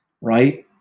Right